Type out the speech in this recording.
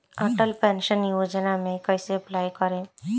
Atal pension Yojana मे कैसे apply करेम?